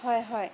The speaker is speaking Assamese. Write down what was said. হয় হয়